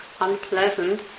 unpleasant